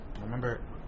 remember –